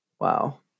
Wow